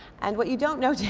and what you don't know, dan,